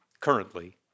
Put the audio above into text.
currently